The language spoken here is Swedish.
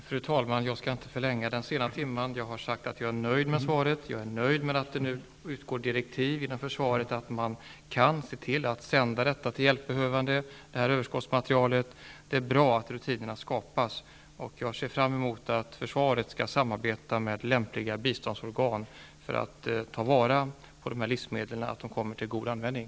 Fru talman! Jag skall inte förlänga debatten i den sena timmen. Jag har sagt att jag är nöjd med svaret. Jag är nöjd med att det nu går ut direktiv inom försvaret att man kan se till att sända detta överskottsmaterial till hjälpbehövande. Det är bra att rutinerna skapas. Jag ser fram emot att försvaret skall samarbeta med lämpliga biståndsorgan för att ta vara på dessa livsmedel och se till att de kommer till god användning.